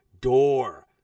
door